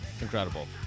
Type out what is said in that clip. incredible